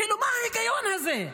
כאילו, מה ההיגיון הזה?